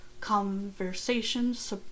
conversations